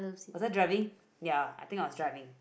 was I driving ya I think I was driving